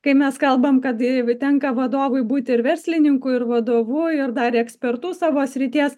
kai mes kalbam kad tenka vadovui būti ir verslininku ir vadovu ir dar ekspertu savo srities